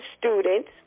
students